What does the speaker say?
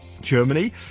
Germany